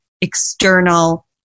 external